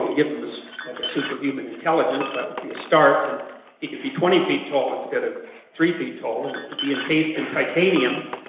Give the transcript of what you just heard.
give him like a super-human intelligence, that would be a start he could be twenty feet-tall instead of three three feet-tall and he could be encased in titanium,